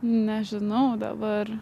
nežinau dabar